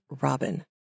Robin